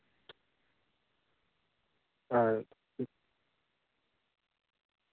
ᱟᱨ